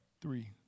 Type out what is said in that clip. Three